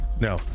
No